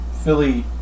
Philly